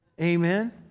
Amen